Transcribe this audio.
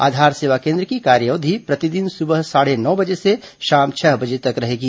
आधार सेवा केन्द्र की कार्य अवधि प्रतिदिन सुबह साढ़े नौ बजे से शाम छह बजे तक रहेगी